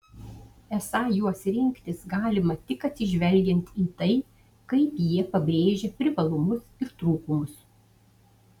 esą juos rinktis galima tik atsižvelgiant į tai kaip jie pabrėžia privalumus ir trūkumus